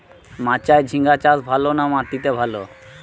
মাচায় ঝিঙ্গা চাষ ভালো না মাটিতে ভালো?